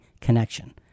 connection